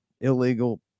Illegal